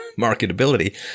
marketability